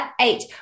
eight